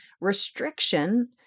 restriction